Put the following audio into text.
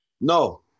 No